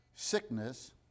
Sickness